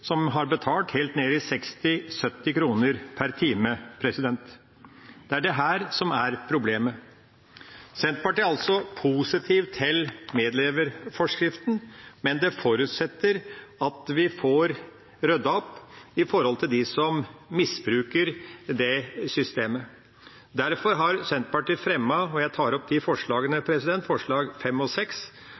som har betalt helt ned i 60–70 kr per time. Det er dette som er problemet. Senterpartiet stiller seg altså positivt til medleverforskriften, men det forutsetter at vi får ryddet opp i forholdene hos dem som misbruker systemet. Derfor har Senterpartiet fremmet forslag nr. 5 og 6, og jeg tar opp de forslagene. I forslag